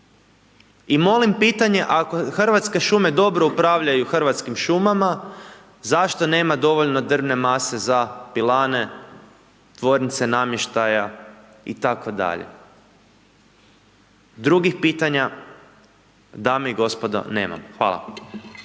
I molim pitanje ako Hrvatske šume dobro upravljaju hrvatskim šumama zašto nema dovoljno drvne mase za pilane, tvornice namještaja itd., drugih pitanja dame i gospodo nemam. Hvala.